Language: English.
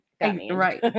Right